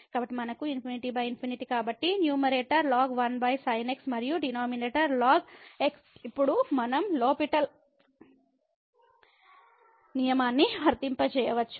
కాబట్టి మనకు ∞∞ కాబట్టి న్యూమరే టర్ ln మరియు డినామినేటర్ ln x ఇప్పుడు మనం లోపిటెల్ L'Hospital నియమాన్ని వర్తింపజేయవచ్చు